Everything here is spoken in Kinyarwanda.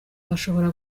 bashobora